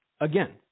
again